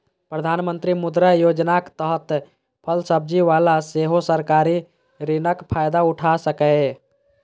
प्रधानमंत्री मुद्रा योजनाक तहत फल सब्जी बला सेहो सरकारी ऋणक फायदा उठा सकैए